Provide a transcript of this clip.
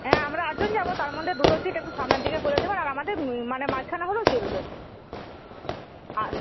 হ্যাঁ আমরা আটজন যাবো তার মধ্যে দুটো সীট একটু সামনের দিকে করে দিবেন আর আমাদের মানে মাঝখানে হলেও চলবে